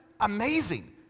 amazing